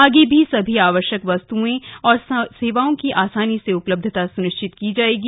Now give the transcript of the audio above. आगे भी सभी आवश्यक वस्त्ओं और सेवाओं की आसानी से उपलब्धता सुनिश्चित की जाएगी